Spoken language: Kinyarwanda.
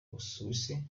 busuwisi